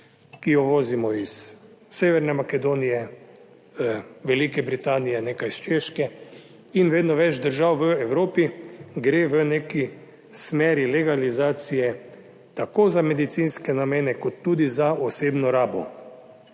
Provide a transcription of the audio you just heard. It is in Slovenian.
ki jo vozimo iz Severne Makedonije, Velike Britanije, nekaj iz Češke. In vedno več držav v Evropi gre v neki smeri legalizacije tako za medicinske namene kot tudi za osebno rabo.